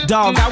Dog